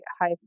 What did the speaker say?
high